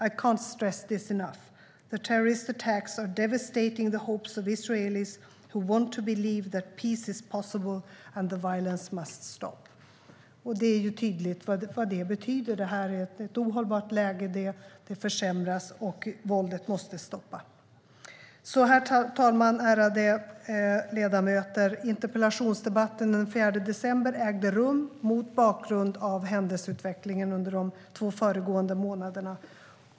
- I can't stress enough that the terror attacks are devastating the hopes of Israelis who want to believe that peace is possible and the violence must stop." Det är tydligt vad det betyder. Det är ett ohållbart läge. Det försämras. Våldet måste sluta. Herr talman! Ärade ledamöter! Interpellationsdebatten den 4 december ägde rum mot bakgrund av händelseutvecklingen under de två föregående månaderna.